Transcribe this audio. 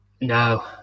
No